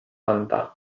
anda